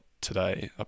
today